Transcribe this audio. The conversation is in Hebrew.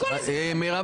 שנייה,